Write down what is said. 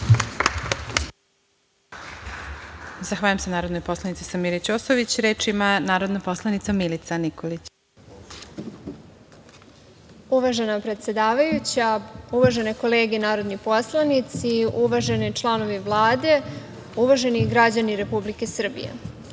Zahvaljujem se narodnoj poslanici Samiri Ćosović. Reč ima narodna poslanica Milica Nikolić. **Milica Nikolić** Uvažena predsedavajuća, uvažene kolege narodni poslanici, uvaženi članovi Vlade, uvaženi građani Republike Srbije,